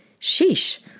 sheesh